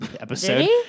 episode